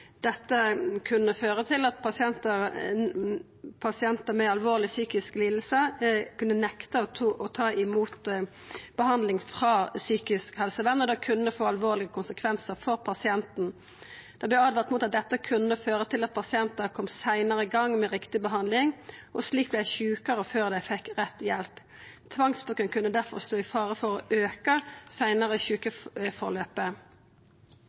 dette kunne føra til at pasientar med alvorleg psykisk liding kunne nekta å ta imot behandling frå psykisk helsevern, og det kunne få alvorlege konsekvensar for pasienten. Det vart åtvara mot at dette kunne føra til at pasientar kom seinare i gang med riktig behandling og slik vart sjukare før dei fekk rett hjelp. Tvangsbruken kunne derfor stå i fare for å auka det seinare sjukeforløpet.